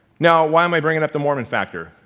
now, why am i bringing up the mormon factor?